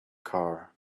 car